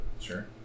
Sure